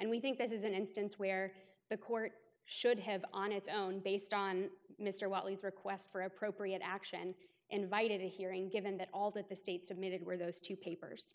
and we think this is an instance where the court should have on its own based on mr wyly's request for appropriate action invited a hearing given that all that the state submitted were those two papers